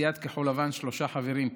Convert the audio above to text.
לסיעת כחול לבן שלושה חברים,